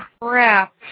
crap